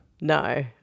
No